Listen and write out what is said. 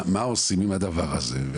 מה עושים עם הדבר הזה?